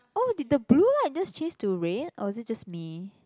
oh did the blue light just change to red or is it just me